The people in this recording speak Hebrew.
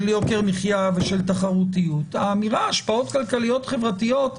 יוקר מחיה ושל תחרותיות האמירה "השפעות כלכליות וחברתיות",